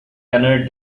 annoyed